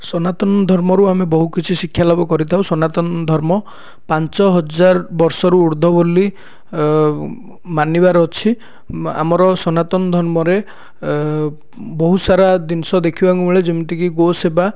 ସନାତନ ଧର୍ମରୁ ଆମେ ବହୁ କିଛି ଶିକ୍ଷା ଲାଭ କରିଥାଉ ସନାତନ ଧର୍ମ ପାଞ୍ଚ ହଜାର ବର୍ଷରୁ ଉର୍ଦ୍ଧ୍ୱ ବୋଲି ମାନିବାର ଅଛି ଆମର ସନାତନ ଧର୍ମରେ ବହୁତ ସାରା ଜିନିଷ ଦେଖିବାକୁ ମିଳେ ଯେମିତିକି ଗୋ ସେବା